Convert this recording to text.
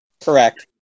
correct